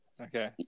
Okay